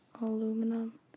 aluminum